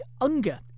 Unger